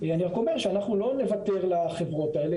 אני רק אומר שאנחנו לא נוותר לחברות האלה.